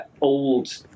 old